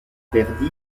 verdi